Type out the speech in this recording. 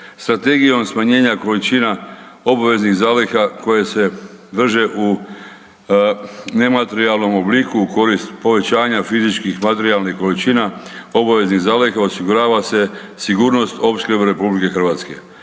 Strategijom smanjenja količina obveznih zaliha koje se drže u nematerijalnom obliku u korist povećanja fizičkih materijalnih količina obaveznih zaliha osigurava se sigurnost opskrbe RH.